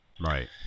Right